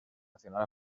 nacional